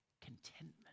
Contentment